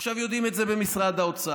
עכשיו, יודעים את זה במשרד האוצר,